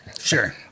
Sure